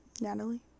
Natalie